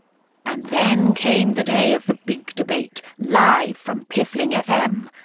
and then came the day of the big debate, live from piffling fm!